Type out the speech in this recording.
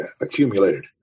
accumulated